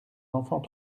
enfants